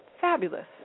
fabulous